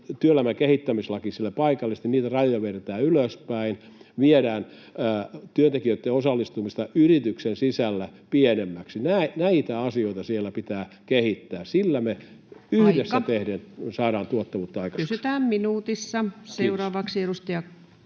työelämän kehittämislaki siellä paikallisesti, niitä rajoja vedetään ylöspäin, viedään työntekijöitten osallistumista yrityksen sisällä pienemmäksi? Näitä asioita siellä pitää kehittää. [Puhemies: Aika!] Sillä me yhdessä tehden saadaan tuottavuutta aikaiseksi. — Kiitos. [Speech 90]